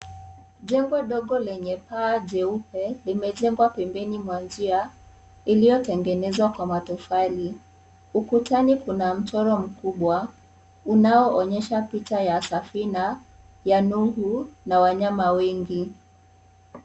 Jengo dogo lenye paa jeupe limejengwa pembeni mwa njia iliyotengenezwa kwa matofali. Ukutani kuna mchoro mkubwa unaoonyesha picha ya safina ya nuru na wanyama wengi.